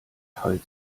halt